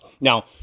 Now